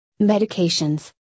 medications